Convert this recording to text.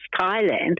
Thailand